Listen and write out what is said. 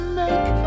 make